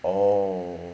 oh